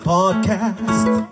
Podcast